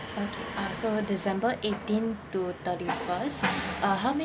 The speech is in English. okay uh so december eighteen to thirty first uh how ma~